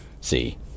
See